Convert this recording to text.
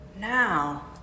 Now